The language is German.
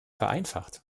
vereinfacht